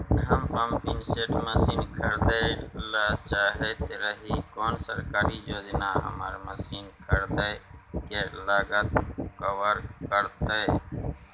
हम pumping set machine खरीदैय ल चाहैत रही कोन सरकारी योजना हमर मसीन खरीदय के लागत कवर करतय?